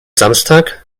samstag